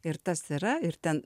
ir tas yra ir ten